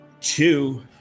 two